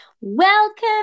welcome